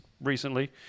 recently